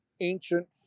ancient